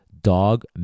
Dog